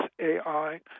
AI